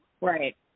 right